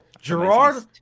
Gerard